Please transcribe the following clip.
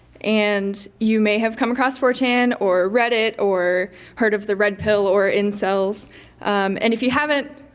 and you may have come across four chan or reddit or heard of the red pill or incels and if you haven't,